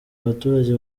abaturage